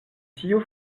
tiu